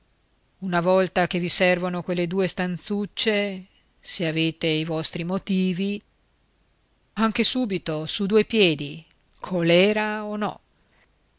una volta che vi servono quelle due stanzuccie se avete i vostri motivi anche subito su due piedi colèra o no